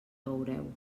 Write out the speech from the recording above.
veureu